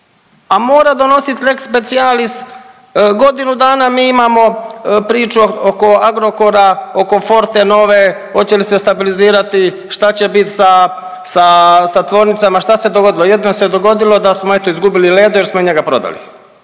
a mora donositi lex specialis, godinu dana mi imamo priču oko Agrokora, oko Fortenove hoće li se stabilizirati, šta će biti sa tvornicama, šta se dogodilo. Jedino se dogodilo da smo eto izgubili Ledo jer smo i njega prodali.